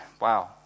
Wow